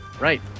Right